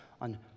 on